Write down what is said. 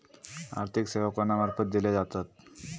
आर्थिक सेवा कोणा मार्फत दिले जातत?